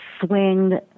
swing